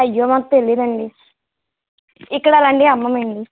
అయ్యో మాకు తెలియదండి ఇక్కడ అలాంటివి అమ్మమండి